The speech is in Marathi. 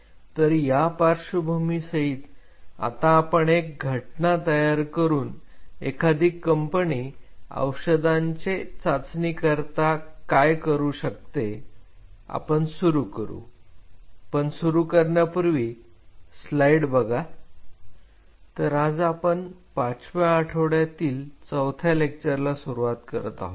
तर या पार्श्वभूमी सहित आता आपण एक घटना तयार करून एखादी कंपनी औषधांचे चाचणी करता काय करू शकते आपण सुरू करू पण सुरू करण्यापूर्वी तर आज आपण पाचव्या आठवड्यातील चौथ्या लेक्चरला सुरुवात करत आहोत